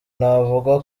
navuga